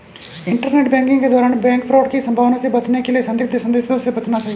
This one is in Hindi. इंटरनेट बैंकिंग के दौरान बैंक फ्रॉड की संभावना से बचने के लिए संदिग्ध संदेशों से बचना चाहिए